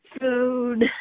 food